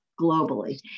globally